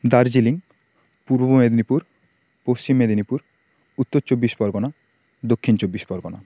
Darjeeling Purba Medinipur Paschim Medinipur Uttar Chabbish Pargana Dakshin Chabbish Pargana